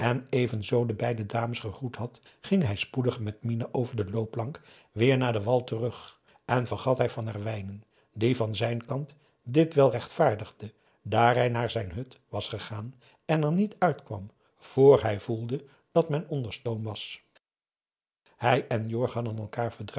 evenzoo de beide dames gegroet had ging hij spoedig met mina over de loopplank weer naar den wal terug en vergat hij van herwijnen die van zijn kant dit wel rechtvaardigde daar hij naar zijn hut was gegaan en er niet uitkwam vr hij voelde dat men onder stoom was hij en jorg hadden elkaar